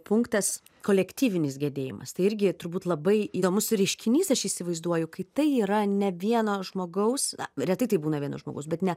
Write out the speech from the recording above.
punktas kolektyvinis gedėjimas tai irgi turbūt labai įdomus reiškinys aš įsivaizduoju kai tai yra ne vieno žmogaus retai tai būna vieno žmogaus bet ne